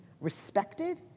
respected